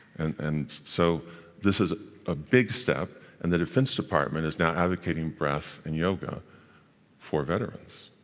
and so this is a big step. and the defense department is now advocating breath and yoga for veterans.